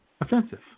offensive